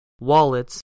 wallets